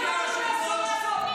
הטייסים הם הבעיה.